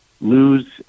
lose